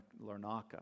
Larnaca